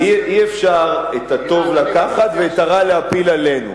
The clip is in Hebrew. אי-אפשר את הטוב לקחת ואת הרע להפיל עלינו.